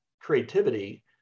creativity